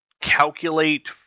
calculate